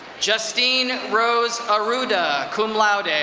justine rose aruda, cum laude.